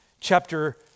chapter